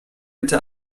bitte